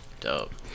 dope